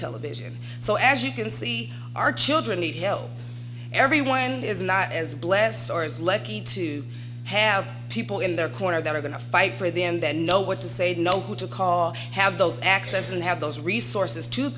television so as you can see our children need help everyone is not as blessed or as lengthy to have people in their corner that are going to fight for the end then know what to say to know who to call have those access and have those resources to